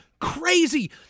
crazy